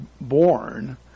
born